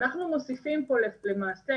אנחנו מוסיפים פה למעשה,